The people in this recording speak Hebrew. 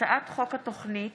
הצעת חוק התוכנית